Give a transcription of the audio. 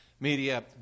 Media